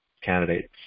candidates